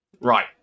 Right